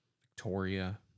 Victoria